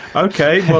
okay,